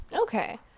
Okay